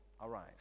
arise